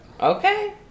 okay